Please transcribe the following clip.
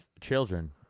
children